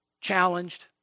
challenged